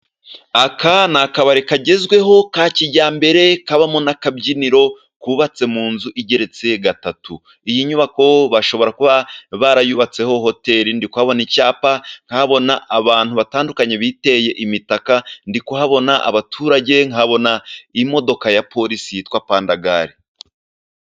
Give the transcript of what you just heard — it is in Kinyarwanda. Aka ni akabari kagezweho ka kijyambere kabamo n'akabyiniro, kubatse mu nzu igeretse gatatu. Iyi nyubako bashobora kuba barayubatseho hoteli. Ndi kubona icyapa nkabona abantu batandukanye biteye imitaka, ndikuhabona abaturage, nkabona imodoka ya polisi yitwa pandagali.